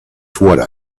towards